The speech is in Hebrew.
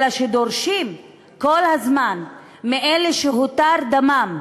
אלא דורשים כל הזמן מאלה שהותר דמם,